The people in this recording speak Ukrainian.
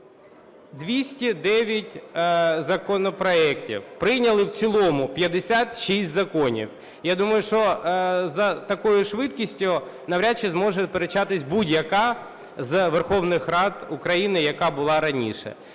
209 законопроектів, прийняли в цілому 56 законів. Я думаю, що за такою швидкістю навряд чи зможе сперечатись будь-яка з Верховних Рад України, яка була раніше.